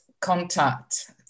contact